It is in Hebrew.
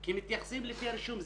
כי מתייחסים לפי הרישום.